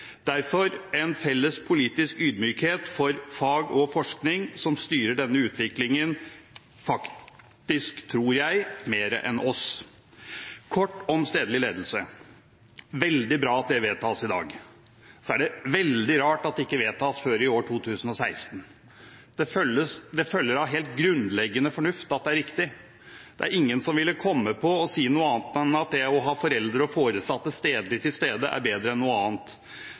derfor en felles politisk ydmykhet for fag og forskning, som styrer denne utviklingen, tror jeg faktisk, mer enn oss. Kort om stedlig ledelse: Veldig bra at det vedtas i dag. Så er det veldig rart at det ikke vedtas før i 2016. Det følger av helt grunnleggende fornuft at det er riktig. Det er ingen som ville komme på å si noe annet enn at det å ha foreldre og foresatte stedlig til stede, er bedre enn noe annet.